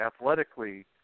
athletically